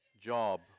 job